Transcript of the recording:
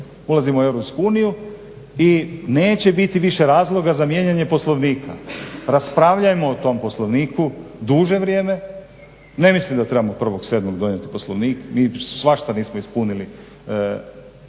ulazimo u EU i neće biti više razloga za mijenjanje Poslovnika. Raspravljajmo o tom Poslovniku duže vrijeme, ne mislim da trebamo 1.07. donijeti Poslovnik. Mi svašta nismo ispunili pa ne